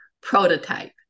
prototype